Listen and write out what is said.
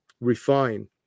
refine